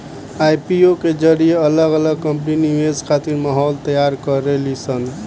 IPO के जरिए अलग अलग कंपनी निवेश खातिर माहौल तैयार करेली सन